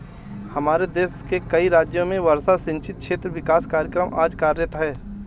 हमारे देश के कई राज्यों में वर्षा सिंचित क्षेत्र विकास कार्यक्रम आज कार्यरत है